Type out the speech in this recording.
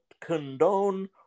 condone